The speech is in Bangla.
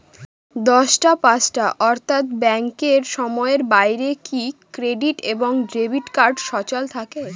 দশটা পাঁচটা অর্থ্যাত ব্যাংকের সময়ের বাইরে কি ক্রেডিট এবং ডেবিট কার্ড সচল থাকে?